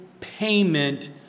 payment